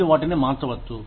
మీరు వాటిని మార్చవచ్చు